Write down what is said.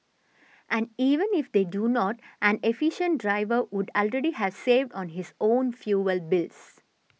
and even if they do not an efficient driver would already have saved on his own fuel bills